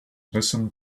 listen